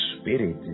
Spirit